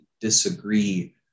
disagree